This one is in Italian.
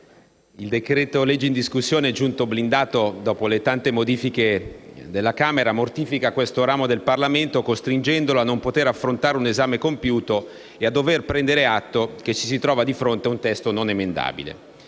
il decreto-legge in discussione, giunto blindato dopo le tante modifiche apportate dalla Camera dei deputati, mortifica questo ramo del Parlamento, costringendolo a non poter affrontare un esame compiuto e a dover prendere atto che ci si trova di fronte a un testo non emendabile.